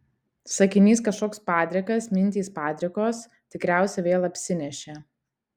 sakinys kažkoks padrikas mintys padrikos tikriausiai vėl apsinešė